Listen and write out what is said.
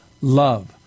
love